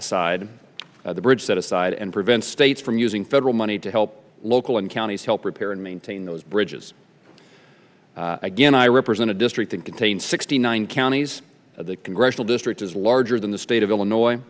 aside the bridge set aside and prevent states from using federal money to help local and counties help repair and maintain those bridges again i represent a district that contains sixty nine counties the congressional district is larger than the state of illinois